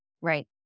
Right